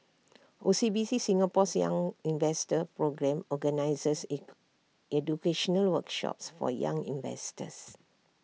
O C B C Singapore's young investor programme organizes educational workshops for young investors